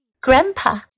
Grandpa